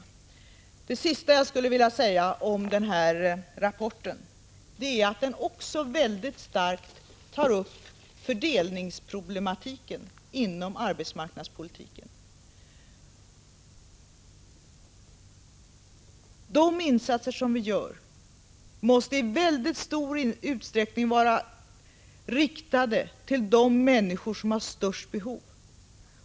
Det sista jag skulle vilja säga om denna rapport är att den också starkt betonar fördelningsproblematiken inom arbetsmarknadspolitiken. De insatser vi gör måste i mycket stor utsträckning vara riktade till de människor som har störst behov.